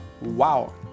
wow